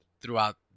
throughout